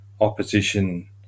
opposition